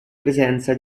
presenza